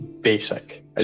basic